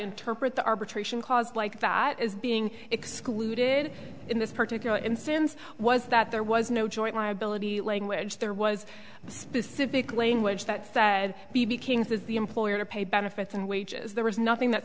interpret the arbitration clause like that is being excluded in this particular instance was that there was no joint liability language there was specific language that said b b king's is the employer paid benefits and wages there was nothing that